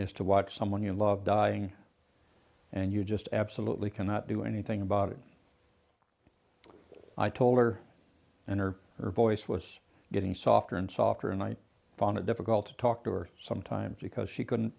is to watch someone you love dying and you just absolutely cannot do anything about it i told her and her voice was getting softer and softer and i found it difficult to talk to her sometimes because she couldn't